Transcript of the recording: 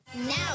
Now